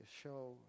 Show